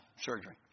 surgery